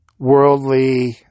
worldly